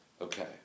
Okay